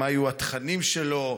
מה יהיו התכנים שלו,